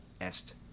est